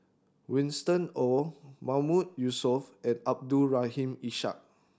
Winston Oh Mahmood Yusof and Abdul Rahim Ishak